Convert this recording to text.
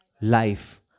life